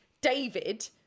David